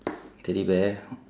teddy bear